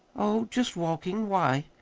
oh, just walking. why?